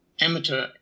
amateur